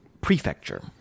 prefecture